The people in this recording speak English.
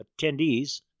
attendees